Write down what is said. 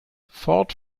ford